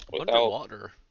Underwater